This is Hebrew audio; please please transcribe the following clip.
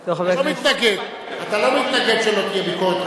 אתה לא מתנגד שלא תהיה ביקורת,